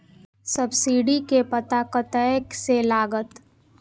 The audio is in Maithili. सब्सीडी के पता कतय से लागत?